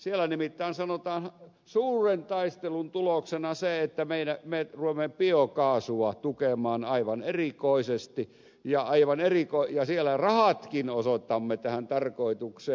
siellä nimittäin sanotaan suuren taistelun tuloksena se että me rupeamme biokaasua tukemaan aivan erikoisesti ja siellä rahatkin osoitamme tähän tarkoitukseen